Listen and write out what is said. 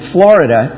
Florida